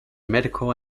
medical